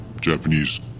Japanese